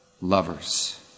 lovers